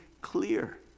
clear